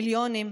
מיליונים,